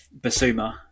Basuma